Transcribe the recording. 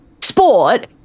sport